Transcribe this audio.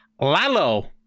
Lalo